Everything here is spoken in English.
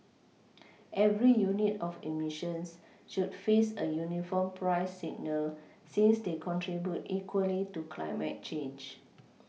every unit of eMissions should face a uniform price signal since they contribute equally to climate change